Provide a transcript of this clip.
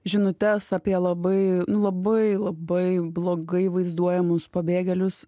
žinutes apie labai nu labai labai blogai vaizduojamus pabėgėlius